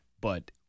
but-